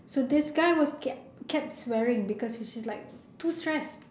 so this guy was kept kept swearing because he is like too stressed